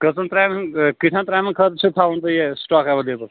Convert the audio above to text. کٔژن ترٛامیٚن کٍتہن ترٛامیٚن خأطر چھِ تھاوُن تۄہہِ یہِ سِٹاک ایویلیبٕل